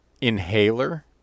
inhaler